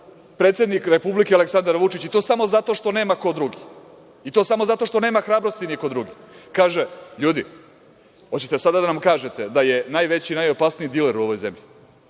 predsednik Republike Aleksandar Vučić, i to samo zato što nema ko drugi, i to samo zato što nema hrabrosti niko drugi, kaže – ljudi, hoćete sada da nam kažete da je najveći, najopasniji diler u ovoj zemlji,